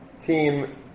team